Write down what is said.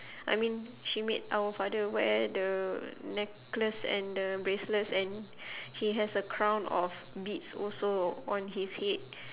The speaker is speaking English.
I mean she made our father wear the necklace and the bracelets and he has a crown of beads also on his head